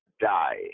die